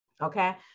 Okay